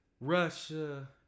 Russia